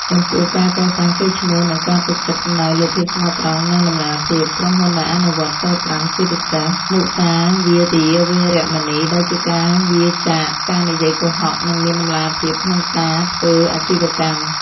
ចំពោះ ការកសាងកេរ្តិ៍ឈ្មោះ និងការទុកចិត្ត សំដៅលើ ភាពស្មោះត្រង់ និងតម្លាភាព: ក្រុមហ៊ុនដែលអនុវត្តសីល៥ ជាពិសេស មុសាវាទា វេរមណី ដែលជាការវៀរចាកការនិយាយកុហក នឹងមានតម្លាភាពក្នុងការធ្វើអាជីវកម្ម។